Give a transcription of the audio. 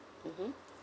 mmhmm